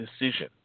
decision